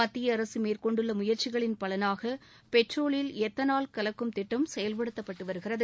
மத்திய அரசு மேற்கொண்டுள்ள முயற்சிகளின் பலனாக பொட்ரோலில் எத்தனால் கலக்கும் திட்டம் செயல்படுத்தப்பட்டு வருகிறது